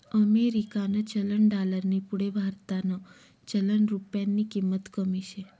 अमेरिकानं चलन डालरनी पुढे भारतनं चलन रुप्यानी किंमत कमी शे